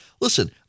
Listen